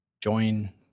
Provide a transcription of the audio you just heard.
join